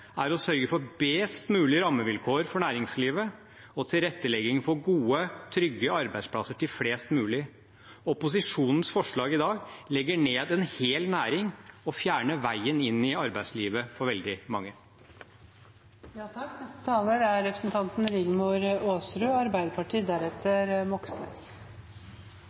er å sørge for best mulige rammevilkår for næringslivet og tilrettelegging for gode og trygge arbeidsplasser til flest mulig. Opposisjonens forslag i dag legger ned en hel næring og fjerner veien inn i arbeidslivet for veldig mange. Hele, faste stillinger og et velordnet arbeidsliv er